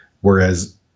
Whereas